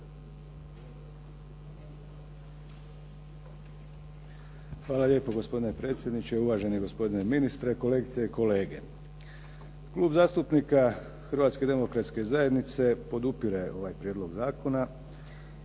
Hvala lijepo gospodine predsjedniče. Uvaženi gospodine ministre, kolegice i kolege. Klub zastupnika Hrvatske demokratske zajednice podupire ovaj prijedlog zakona.